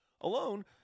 Alone